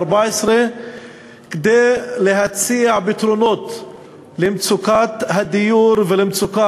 כדי להציע פתרונות למצוקת הדיור ולמצוקה